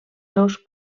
seus